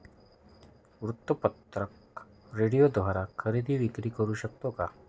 वृत्तपत्र, रेडिओद्वारे खरेदी विक्री करु शकतो का?